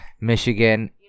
michigan